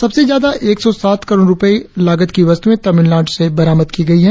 सबसे ज्यादा एक सौ सात करोड़ रुपये लागत की वस्तुएं तमिलनाडु में बरामद की गई हैं